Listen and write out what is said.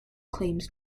claims